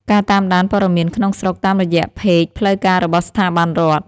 ការតាមដានព័ត៌មានក្នុងស្រុកតាមរយៈផេកផ្លូវការរបស់ស្ថាប័នរដ្ឋ។